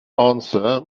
answer